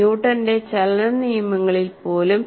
ന്യൂട്ടന്റെ ചലനനിയമങ്ങളിൽപ്പോലും